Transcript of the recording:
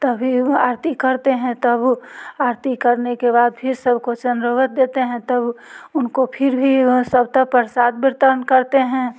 तभी आरती करते हैं तब आरती करने के बाद फिर सब को देते हैं तब उनको फिर भी वह सब तब प्रसाद वितरण करते हैं